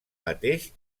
mateix